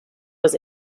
was